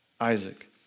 Isaac